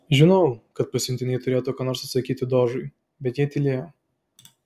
žinojau kad pasiuntiniai turėtų ką nors atsakyti dožui bet jie tylėjo